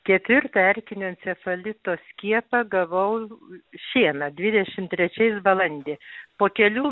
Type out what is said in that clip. ketvirtą erkinio encefalito skiepą gavau šiemet dvidešim trečiais balandį po kelių